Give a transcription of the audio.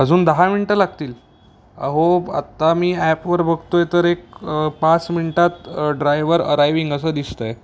अजून दहा मिनटं लागतील अहो आत्ता मी ॲपवर बघतोय तर एक पाच मिन्टात ड्रायवर अराइविंग असं दिसत आहे